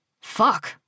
Fuck